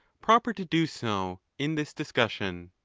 proper to do so in this discussion.